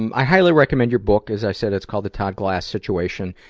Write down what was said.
and i highly recommend your book. as i said, it's called the todd glass situation.